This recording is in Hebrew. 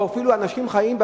או אפילו אנשים חיים?